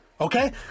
okay